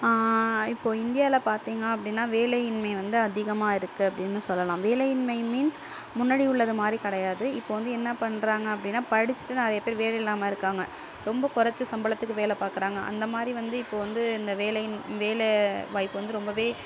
இப்போ இந்தியாவில பார்த்தீங்க அப்படினா வேலையின்மை வந்து அதிகமாக இருக்குது அப்படினு சொல்லலாம் வேலையின்மை மீன்ஸ் முன்னாடி உள்ளது மாதிரி கிடையாது இப்போ வந்து என்ன பண்ணுறாங்க அப்படினா படிச்சிவிட்டு நிறையா பேர் வேலை இல்லாமல் இருக்காங்க ரொம்ப குறச்ச சம்பளத்துக்கு வேலை பார்க்குறாங்க அந்தமாதிரி வந்து இப்போ வந்து இந்த வேலை வேலை வாய்ப்பு வந்து ரொம்பவே